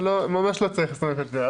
ממש לא צריך את זה.